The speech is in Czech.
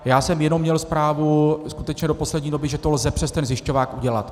Já jsem jenom měl zprávu skutečně do poslední doby, že to lze přes ten zjišťovák udělat.